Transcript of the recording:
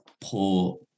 poor